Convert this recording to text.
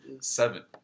Seven